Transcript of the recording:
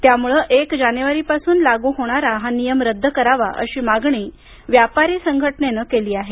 त्यामुळं एक जानेवारीपासून लागू होणारा हा नियम रद्द करावा अशी मागणी व्यापारी संघटनेनं केली आहे